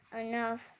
enough